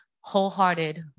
wholehearted